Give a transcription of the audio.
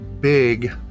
big